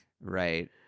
Right